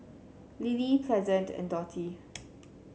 lily Pleasant and Dottie